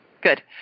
Good